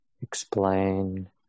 explain